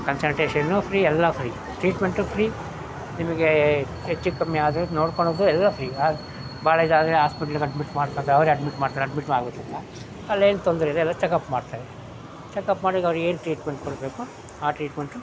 consultation free ಎಲ್ಲ free treatment free ನಿಮಗೆ ಹೆಚ್ಚು ಕಮ್ಮಿ ಆದರೆ ನೋಡ್ಕೊಳ್ಳೋದು ಎಲ್ಲ ಫ್ರೀ ಆದ ಭಾಳ ಇದಾದರೆ ಆಸ್ಪೆಟ್ಲಗೆ ಅಡ್ಮಿಟ್ ಮಾಡ್ಕೊಳ್ತಾರೆ ಅವರೇ ಅಡ್ಮಿಟ್ ಮಾಡ್ತಾರೆ ಅಡ್ಮಿಟ್ಟು ಆಗುತ್ತಂತ ಅಲ್ಲೇನು ತೊಂದರೆ ಇಲ್ಲ ಎಲ್ಲ ಚಕಪ್ ಮಾಡ್ತಾರೆ ಚಕಪ್ ಮಾಡಿ ಈಗ ಅವ್ರಿಗೇನು ಟ್ರೀಟ್ಮೆಂಟ್ ಕೊಡಬೇಕು ಆ ಟ್ರೀಟ್ಮೆಂಟು